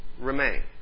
remain